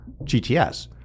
GTS